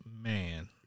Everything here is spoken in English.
man